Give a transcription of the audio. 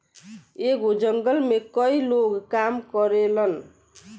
एगो जंगल में कई लोग काम करेलन